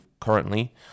currently